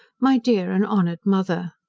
my dear and honoured mother!